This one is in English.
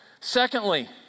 secondly